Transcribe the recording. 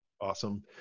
Awesome